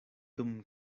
dum